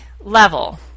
level